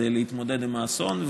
כדי להתמודד עם האסון,